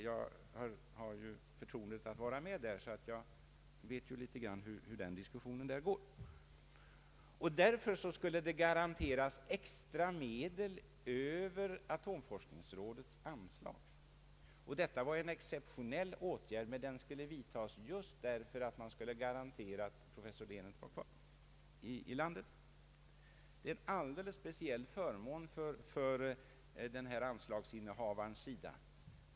Jag har förtroendet att vara med där, så jag vet litet om hur diskussionerna förs. Av anförda anledningar skulle det garanteras extra medel utöver atomforskningsrådets anslag. Detta var en exceptionell åtgärd, men den skulle vidtas just därför att man skulle garantera professor Lehnert att vara kvar i landet. Det är en alldeles speciell förmån för denne anslagsinnehavare.